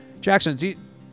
jackson